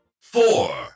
Four